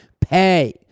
pay